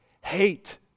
Hate